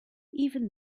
even